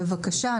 בבקשה,